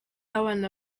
abana